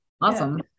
Awesome